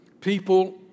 People